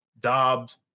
Dobbs